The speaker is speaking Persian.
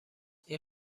این